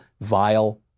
vile